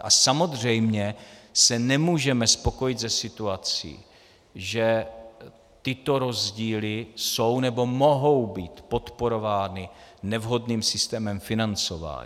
A samozřejmě se nemůžeme spokojit se situací, že tyto rozdíly jsou nebo mohou být podporovány nevhodným systémem financování.